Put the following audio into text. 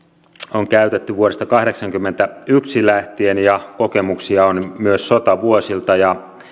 on käytetty vuodesta kahdeksankymmentäyksi lähtien ja kokemuksia on myös sotavuosilta